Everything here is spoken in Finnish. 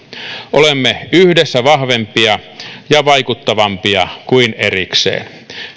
olemme yhdessä vahvempia ja vaikuttavampia kuin erikseen